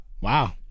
Wow